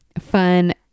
fun